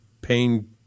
pain